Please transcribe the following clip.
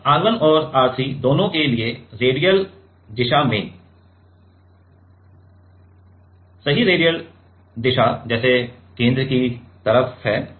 अब R 1 और R 3 दोनों के लिए रेडियल दिशा यह है सही रेडियल दिशा जैसे केंद्र की तरफ है